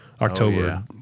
October